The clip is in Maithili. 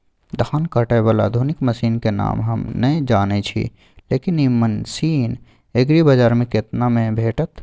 धान काटय बाला आधुनिक मसीन के नाम हम नय जानय छी, लेकिन इ मसीन एग्रीबाजार में केतना में भेटत?